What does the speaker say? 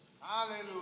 Hallelujah